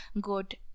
good